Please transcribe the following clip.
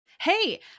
Hey